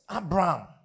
Abraham